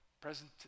Present